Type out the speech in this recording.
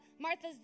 Martha's